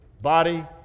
body